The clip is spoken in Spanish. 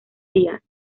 vías